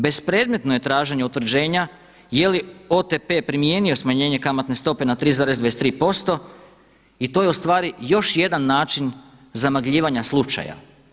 Bespredmetno je traženje utvrđenja je li OTP primijenio smanjenje kamatne stope na 3,23% i to je ustvari još jedan način zamagljivanja slučaja.